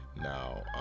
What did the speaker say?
Now